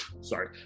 sorry